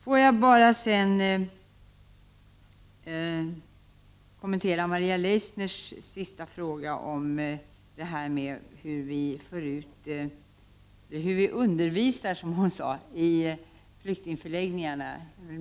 Får jag till slut kommentera Maria Leissners fråga om hur vi undervisar, som hon sade, i flyktingförläggningarna.